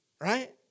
Right